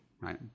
right